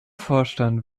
vorstand